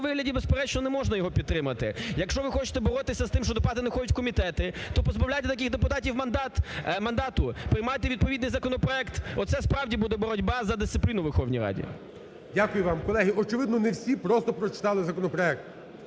вигляді, безперечно, не можна його підтримати. Якщо ви хочете боротись з тим, що депутати не ходять в комітети, то позбавляйте таких депутатів мандату, приймайте відповідний законопроект. Оце справді буде боротьба за дисципліну у Верховній Раді. ГОЛОВУЮЧИЙ. Дякую вам. Колеги, очевидно, не всі просто прочитали законопроект.